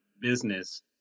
business